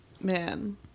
man